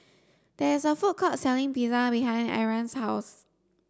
there is a food court selling Pizza behind Ariane's house